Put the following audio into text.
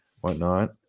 whatnot